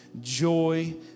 joy